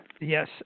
Yes